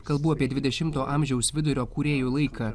kalbu apie dvidešimto amžiaus vidurio kūrėjų laiką